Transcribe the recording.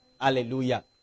Hallelujah